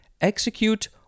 execute